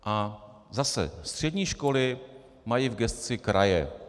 A zase: Střední školy mají v gesci kraje.